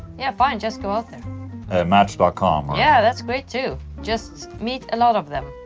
yeah fine, just go out there match dot com yeah, that's great too, just meet a lot of them.